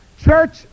church